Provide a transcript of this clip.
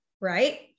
right